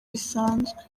bisanzwe